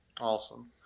Awesome